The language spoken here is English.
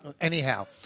Anyhow